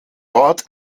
dort